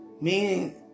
Meaning